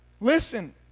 Listen